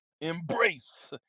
embrace